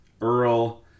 Earl